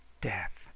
Death